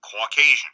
Caucasian